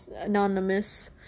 anonymous